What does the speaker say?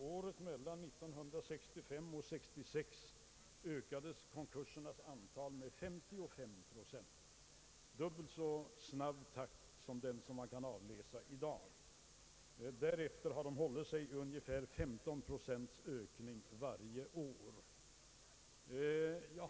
Året mellan 1965 och 1966 ökade konkursernas antal med 55 procent, alltså i dubbelt så snabb takt som den som man kan avläsa i dag. Därefter har ökningen hållit sig vid ungefär 15 procent varje år.